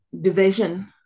division